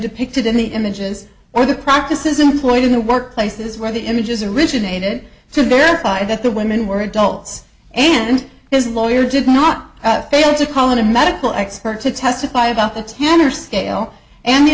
depicted in the images or the practices employed in the work places where the images originated to there that the women were adults and his lawyer did not fail to call in a medical expert to testify about the tenor scale and the